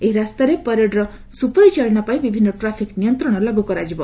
ଏହି ରାସ୍ତାରେ ପରେଡ୍ର ସୁପରିଚାଳନା ପାଇଁ ବିଭିନ୍ନ ଟ୍ରାଫିକ ନିୟନ୍ତ୍ରଣ ଲାଗୁ କରାଯିବ